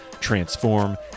transform